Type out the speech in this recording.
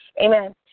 Amen